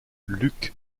luke